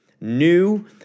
new